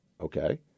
Okay